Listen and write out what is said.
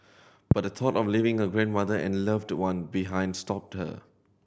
but the thought of leaving her grandmother and loved one behind stopped her